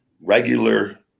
regular